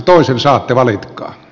toisen saatte valitkaa